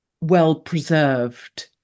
well-preserved